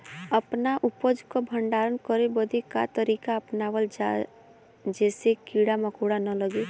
अपना उपज क भंडारन करे बदे का तरीका अपनावल जा जेसे कीड़ा मकोड़ा न लगें?